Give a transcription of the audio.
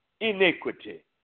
iniquity